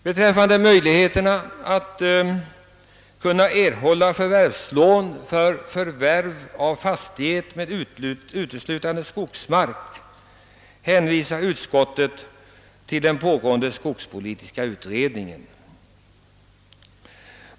Beträffande möjligheterna att erhålla förvärvslån för förvärv av fastighet med uteslutande skogsmark hänvisar utskottet till den pågående skogspolitiska utredningen.